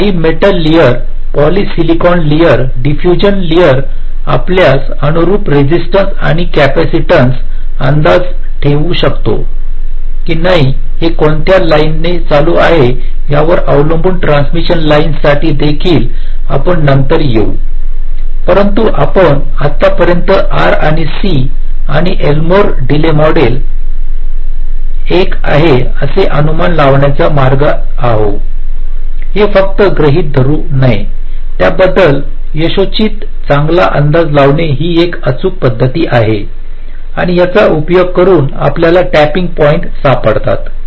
तर काही metal layer polysilicon layer diffusion layer आपल्यास अनुरुप रेसिस्टन्स आणि कॅपॅसिटन्स अंदाज ठेवू शकतो की नाही हे कोणत्या लाईन चालू आहे यावर अवलंबून ट्रांसमिशन लाइन साठी देखील आपण नंतर येऊ परंतु आपण आतापर्यंत R आणि C आणि एल्मोर डिले मॉडेल एक आहे असे अनुमान लावण्याचे मार्ग आहेत हे फक्त गृहित धरू नये त्याबद्दल यथोचित चांगला अंदाज लावणे ही एक अचूक पद्धत आहे आणि याचा उपयोग करून आपल्याला टॅपिंग पॉईंट सापडतात